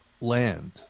land